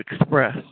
express